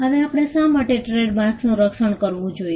હવે આપણે શા માટે ટ્રેડમાર્ક્સનું રક્ષણ કરવું જોઈએ